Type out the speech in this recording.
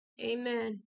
Amen